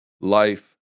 life